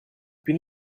been